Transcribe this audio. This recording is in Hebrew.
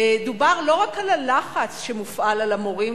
דובר לא על הלחץ שמופעל על המורים,